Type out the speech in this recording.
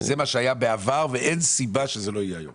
זה מה שהיה בעבר ואין סיבה שזה לא יהיה עכשיו.